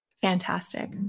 fantastic